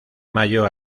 mayo